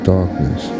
Darkness